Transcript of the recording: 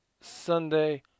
sunday